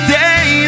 day